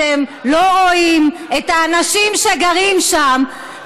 אתם לא רואים את האנשים שגרים שם.